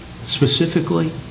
Specifically